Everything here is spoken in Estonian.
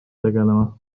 tegelema